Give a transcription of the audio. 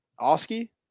Oski